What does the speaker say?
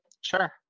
sure